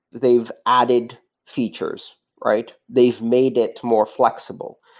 they've added features, right? they've made it more flexible.